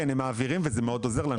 הם מעבירים וזה מאוד עוזר לנו.